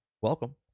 welcome